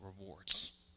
rewards